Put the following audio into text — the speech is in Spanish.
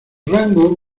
rango